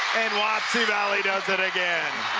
and wapsie valley does it again.